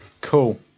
Cool